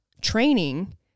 training